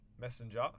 Messenger